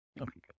Okay